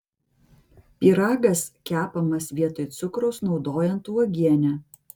pyragas kepamas vietoj cukraus naudojant uogienę